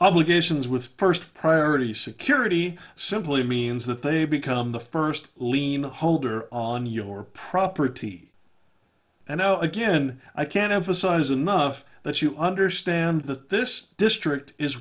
obligations with first priority security simply means that they become the first lien holder on your property and again i can't emphasize enough that you understand that this district is